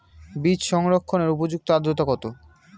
বীজ সংরক্ষণের উপযুক্ত আদ্রতা কত?